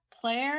Player